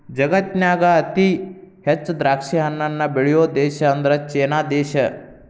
ಜಗತ್ತಿನ್ಯಾಗ ಅತಿ ಹೆಚ್ಚ್ ದ್ರಾಕ್ಷಿಹಣ್ಣನ್ನ ಬೆಳಿಯೋ ದೇಶ ಅಂದ್ರ ಚೇನಾ ದೇಶ